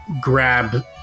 grab